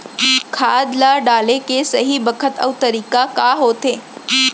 खाद ल डाले के सही बखत अऊ तरीका का होथे?